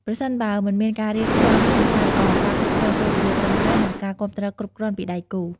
ប្រសិនបើមិនមានការរៀបចំផែនការល្អ ការគ្រប់គ្រងពេលវេលាត្រឹមត្រូវ និងការគាំទ្រគ្រប់គ្រាន់ពីដៃគូ។